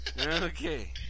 Okay